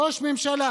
ראש ממשלה